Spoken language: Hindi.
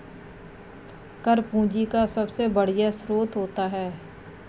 कर पूंजी का सबसे बढ़िया स्रोत होता है